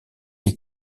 les